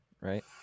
right